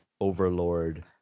overlord